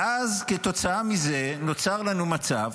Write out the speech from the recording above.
ואז כתוצאה מזה נוצר לנו מצב